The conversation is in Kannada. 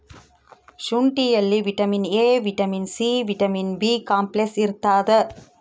ಶುಂಠಿಯಲ್ಲಿ vitamin A vitamin C vitamin B complex ಇರ್ತಾದ